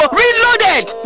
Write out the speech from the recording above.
reloaded